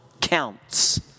Counts